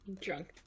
Drunk